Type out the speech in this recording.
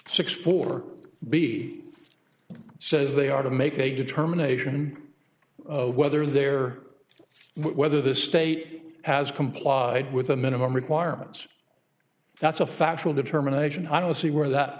six four b says they are to make a determination of whether there whether the state has complied with the minimum requirements that's a factual determination i don't see where that